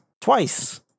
twice